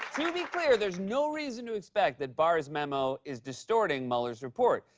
to be clear, there's no reason to expect that barr's memo is distorting mueller's report.